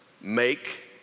make